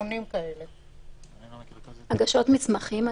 אם מתקיימים דיונים בעניין עתירת אסיר או דיונים לפני ועדת שחרורים